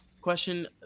question